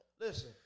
Listen